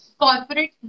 corporate